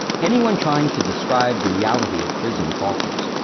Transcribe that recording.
anyone trying to describe the reality of prison falters.